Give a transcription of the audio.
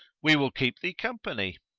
we will keep thee company.